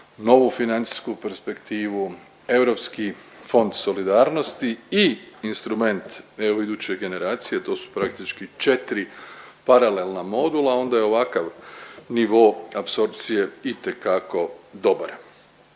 novu financijsku perspektivu, Europski fond solidarnosti i Instrument EU iduće generacije, to su praktički 4 paralelna modula, onda je ovakav nivo apsorpcije itekako dobar.